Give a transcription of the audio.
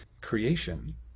creation